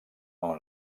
amb